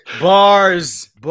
bars